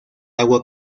agua